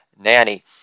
nanny